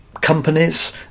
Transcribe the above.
companies